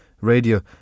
radio